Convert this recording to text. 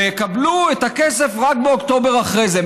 ויקבלו את הכסף רק באוקטובר אחרי זה.